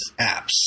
apps